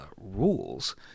rules